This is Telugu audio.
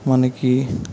మనకి